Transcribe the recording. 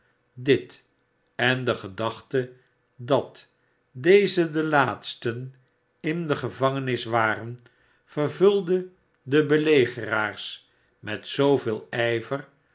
dit en de gedachte dat tleze de laatsten in de gevangenis waren vervulde de belegeraars maar zijn genoegen wordt hem benomen met zooveel ijver